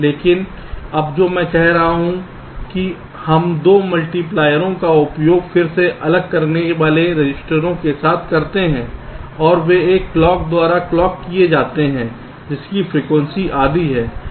लेकिन अब जो मैं कह रहा हूं कि हम 2 मल्टीप्लायरों का उपयोग फिर से अलग करने वाले रजिस्टरों के साथ करते हैं और वे एक क्लॉक द्वारा क्लॉक किए जाते हैं जिनकी फ्रीक्वेंसी आधी है